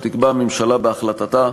שתקבע הממשלה בהחלטתה,